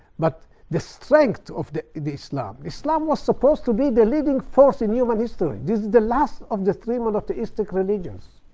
but the strength of the the islam islam was supposed to be the leading force in human history. this is the last of the three monotheistic religions.